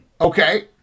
Okay